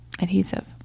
Adhesive